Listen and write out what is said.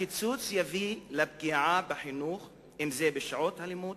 הקיצוץ יביא לפגיעה בחינוך, אם בשעות הלימוד